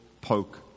poke